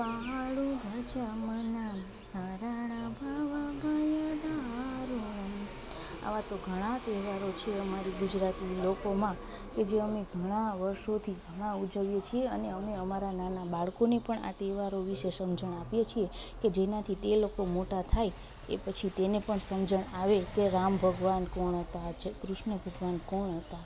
આવા તો ઘણા તહેવારો છે અમારી ગુજરાતી લોકોમાં કે જે અમે ઘણા વર્ષોથી ઘણા ઉજવીએ છીએ અને અમે અમારા નાના બાળકોને પણ આ તેવારો વિષે સમજણ આપીએ છીએ કે જેનાથી તે લોકો મોટા થાય એ પછી તેને પણ સમજણ આવે કે રામ ભગવાન કોણ હતા કૃષ્ણ ભગવાન કોણ હતા